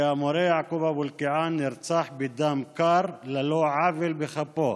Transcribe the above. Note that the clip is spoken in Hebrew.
שהמורה יעקוב אבו אלקיעאן נרצח בדם קר על לא עוול בכפו.